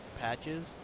patches